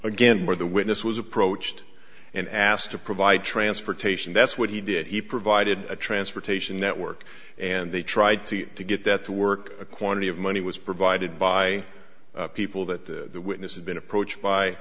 again where the witness was approached and asked to provide transportation that's what he did he provided a transportation network and they tried to to get that to work a quantity of money was provided by people that the witness had been approached by